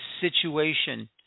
situation